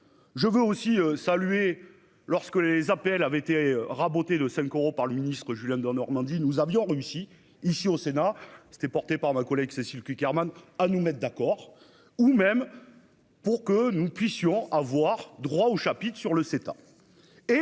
Je veux aussi saluer lorsque les APL avaient été rabotée de cinq euros par le Julien d'Normandie. Nous avions réussi ici au Sénat, s'était porté par ma collègue Cécile Cukierman à nous mettre d'accord ou même.-- Pour que nous puissions avoir droit au chapitre sur le sept